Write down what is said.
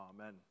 Amen